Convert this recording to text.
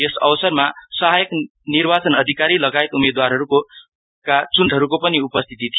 यस अवसरमा सहायक निर्वाचन अधिकारी लगायत उम्मेदवारहरूका चुनाउ एजेन्ट्रहरूको पनि उपस्थिति थियो